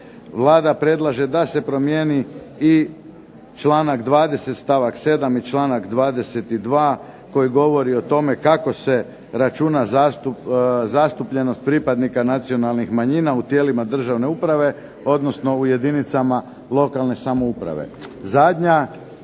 Vlada predlaže da se promijeni i članak 20.,stavak 7. i članak 22. koji govori o tome kako se računa zastupljenost pripadnika nacionalnih manjina u tijelima državne uprave, odnosno u jedinicama lokalne samouprave.